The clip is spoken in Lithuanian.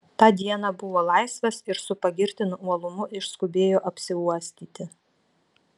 tą dieną buvo laisvas ir su pagirtinu uolumu išskubėjo apsiuostyti